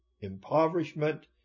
impoverishment